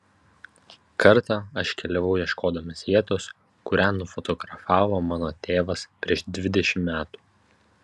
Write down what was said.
kartą aš keliavau ieškodamas vietos kurią nufotografavo mano tėvas prieš dvidešimt metų